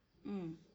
mm